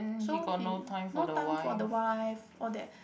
so he no time for the wife all that